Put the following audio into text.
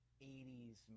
80's